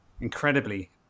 incredibly